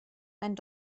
einen